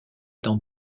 dans